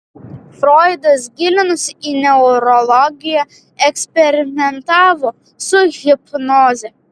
froidas gilinosi į neurologiją eksperimentavo su hipnoze